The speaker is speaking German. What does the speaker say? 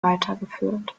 weitergeführt